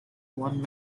one